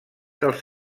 dels